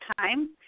time